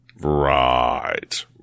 Right